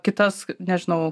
kitas nežinau